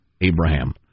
Abraham